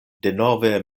denove